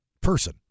person